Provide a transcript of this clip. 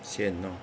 sian lor